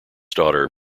daughter